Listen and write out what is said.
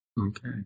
Okay